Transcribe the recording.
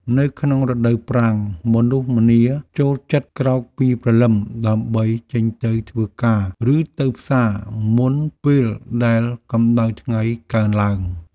នៅក្នុងរដូវប្រាំងមនុស្សម្នាចូលចិត្តក្រោកពីព្រលឹមដើម្បីចេញទៅធ្វើការ ឬទៅផ្សារមុនពេលដែលកម្តៅថ្ងៃកើនឡើង។